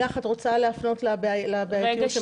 לילך, את רוצה להפנות לבעייתיות שמצאתם?